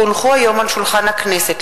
כי הונחו היום על שולחן הכנסת,